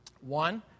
One